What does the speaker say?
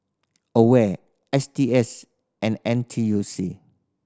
AWARE S T S and N T U C